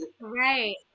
right